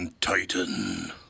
Titan